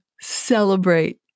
celebrate